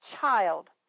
child